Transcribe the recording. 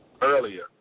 earlier